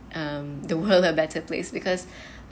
um the world a better place because